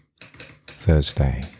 Thursday